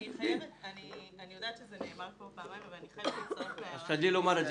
אני יודעת שזה נאמר כבר פעמיים אבל אני חייבת להצטרף להערה של